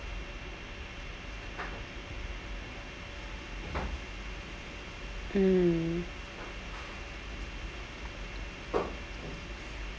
mm